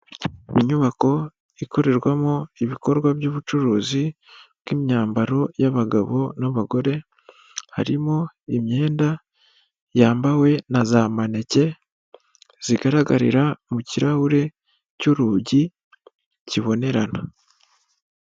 Inyubako ikorerwamo ibikorwa by'ubucuruzi bw'imyambaro y'abagabo n'abagore, harimo imyenda yambawe na za maneke, zigaragarira mu kirahure cy'urugi kibonerana.